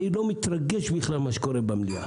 אני לא מתרגש ממה שקורה במליאה.